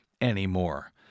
anymore